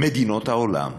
מדינות העולם